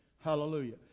Hallelujah